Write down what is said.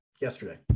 yesterday